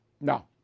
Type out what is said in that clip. No